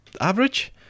average